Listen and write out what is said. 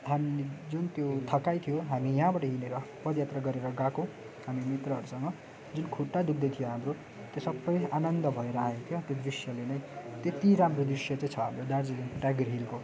हामीले जुन त्यो थकाइ थियो हामी यहाँबाट हिँडेर पदयात्रा गरेर गएको हामी मित्रहरूसँग जुन खुट्टा दुख्दैथ्यो हाम्रो त्यो सबै आनन्द भएर आयो क्या त्यो दृश्यले नै त्यति राम्रो दृश्य चाहिँ छ हाम्रो दार्जिलिङ टाइगर हिलको